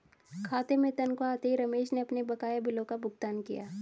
खाते में तनख्वाह आते ही रमेश ने अपने बकाया बिलों का भुगतान किया